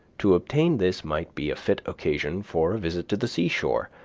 to obtain this might be a fit occasion for a visit to the seashore,